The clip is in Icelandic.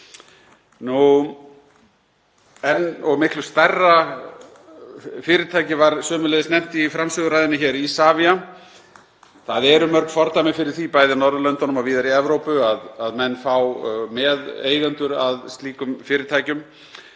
því sviði. Miklu stærra fyrirtæki var sömuleiðis nefnt í framsöguræðunni hér, Isavia. Það eru mörg fordæmi fyrir því, bæði á Norðurlöndunum og víðar í Evrópu, að menn fái meðeigendur að slíkum fyrirtækjum.